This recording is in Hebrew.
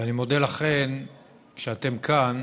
ואני מודה לכן שאתן כאן